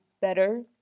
better